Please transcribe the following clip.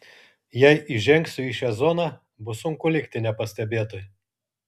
jei įžengsiu į šią zoną bus sunku likti nepastebėtai